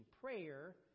Prayer